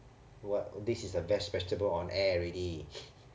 what this is the best vegetable on air already